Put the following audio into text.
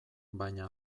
baina